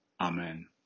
Amen